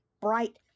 bright